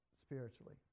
spiritually